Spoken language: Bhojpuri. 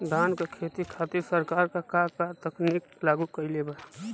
धान क खेती खातिर सरकार का का तकनीक लागू कईले बा?